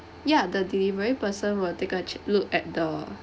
ya the delivery person will take a ch~ look at the